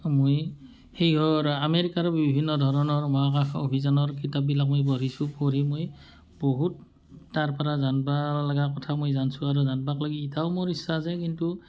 মই সেই হৰ আমেৰিকাৰ বিভিন্ন ধৰণৰ মহাকাশ অভিযানৰ কিতাপবিলাক মই পঢ়িছোঁ পঢ়ি মই বহুত তাৰ পৰা যানিব লগা কথা মই জানিছোঁ আৰু জানিব লাগি এতিয়াও মোৰ ইচ্ছা যাই কিন্তু